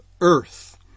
earth